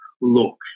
look